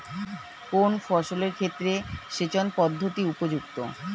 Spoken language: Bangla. কোন ফসলের ক্ষেত্রে সেচন পদ্ধতি উপযুক্ত?